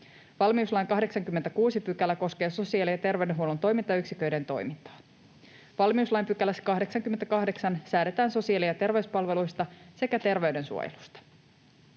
Valmiuslain 86 § koskee sosiaali- ja terveydenhuollon toimintayksiköiden toimintaa. Valmiuslain 88 §:ssä säädetään sosiaali- ja terveyspalveluista sekä terveydensuojelusta.